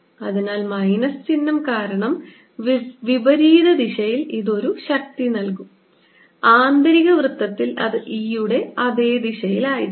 അതിനാൽ മൈനസ് ചിഹ്നം കാരണം വിപരീത ദിശയിൽ ഇത് ഒരു ശക്തി നൽകും ആന്തരിക വൃത്തത്തിൽ അത് E യുടെ അതേ ദിശയിലായിരിക്കും